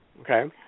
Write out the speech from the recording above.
Okay